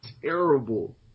Terrible